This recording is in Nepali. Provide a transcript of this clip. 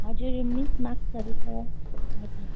हजुर इङ्लिस म्याथहरू छ हजुर